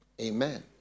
Amen